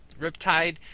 Riptide